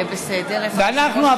ואנחנו,